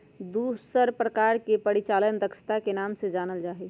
दूसर प्रकार के परिचालन दक्षता के नाम से जानल जा हई